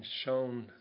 shown